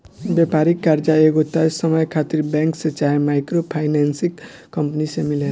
व्यापारिक कर्जा एगो तय समय खातिर बैंक से चाहे माइक्रो फाइनेंसिंग कंपनी से मिलेला